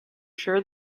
sure